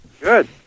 Good